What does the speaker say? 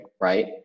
Right